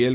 L